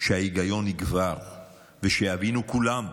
שההיגיון יגבר ושיבינו כולם,